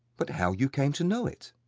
but how you came to know it